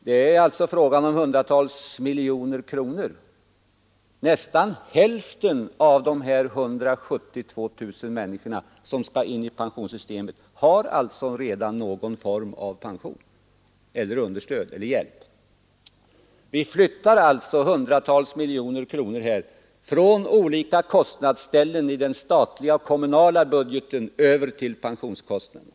Det är alltså frågan om hundratals miljoner kronor. Nästan hälften av dessa 172 000 människor som skall in i pensionssystemet har alltså redan någon form av pension, understöd eller hjälp. Vi flyttar hundratals miljoner kronor från olika kostnadsställen i den statliga och kommunala budgeten över till pensionskostnaden.